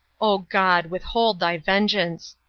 oh, god, withhold thy vengeance!